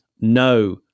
no